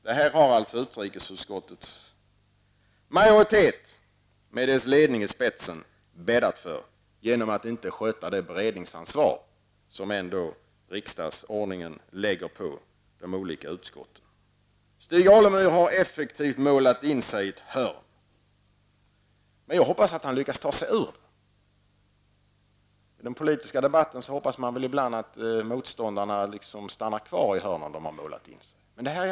Detta har utrikesutskottets majoritet med dess ledning i spetsen bäddat för genom att inte att sköta det beredningsansvar som ändå riksdagsordningen lägger på de olika utskotten. Stig Alemyr har effektivt målat in sig i ett hörn. Jag hoppas att han lyckas ta sig ut. I den politiska debatten hoppas man ibland att motståndarna stannar kvar i de hörn som de har målat in sig i.